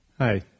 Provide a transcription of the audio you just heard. Hi